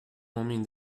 homem